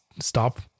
stop